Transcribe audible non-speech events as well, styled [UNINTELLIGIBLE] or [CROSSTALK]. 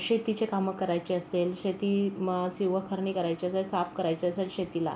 शेतीची कामं करायचे असेल शेती [UNINTELLIGIBLE] किंवा खरणी करायची असेल साफ करायची असेल शेतीला